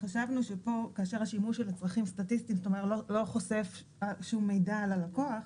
חשבנו שכאשר השימוש של צרכים סטטיסטים לא חושף שום מידע על הלקוח,